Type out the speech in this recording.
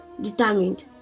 determined